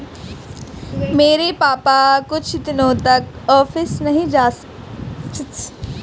मेरे पापा कुछ दिनों तक ऑफिस नहीं जा पाए किसान आंदोलन की वजह से